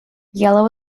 yellow